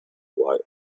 while